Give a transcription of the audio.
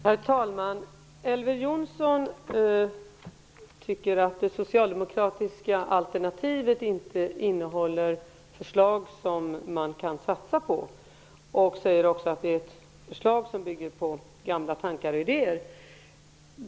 Herr talman! Elver Jonsson tycker att det socialdemokratiska alternativet inte innehåller förslag som man kan satsa på. Han säger också att det är ett förslag som bygger på gamla tankar och idéer.